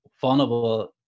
vulnerable